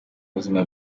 buzima